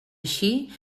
així